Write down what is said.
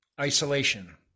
Isolation